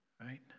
Right